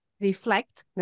reflect